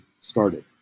started